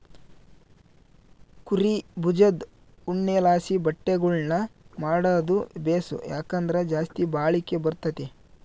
ಕುರೀ ಬುಜದ್ ಉಣ್ಣೆಲಾಸಿ ಬಟ್ಟೆಗುಳ್ನ ಮಾಡಾದು ಬೇಸು, ಯಾಕಂದ್ರ ಜಾಸ್ತಿ ಬಾಳಿಕೆ ಬರ್ತತೆ